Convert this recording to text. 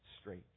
straight